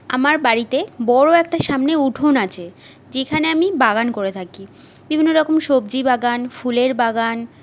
আমার বাড়িতে বড়ো একটা সামনে উঠোন আছে যেখানে আমি বাগান করে থাকি বিভিন্ন রকম সবজি বাগান ফুলের বাগান